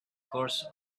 course